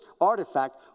artifact